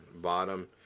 bottom